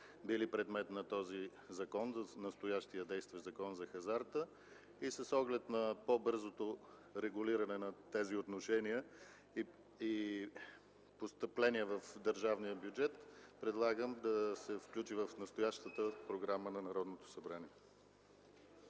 били предмет в настоящия действащ Закон за хазарта. С оглед на по-бързото регулиране на тези отношения и постъпления в държавния бюджет предлагам да се включи в настоящата програма на Народното събрание.